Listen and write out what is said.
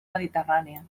mediterrània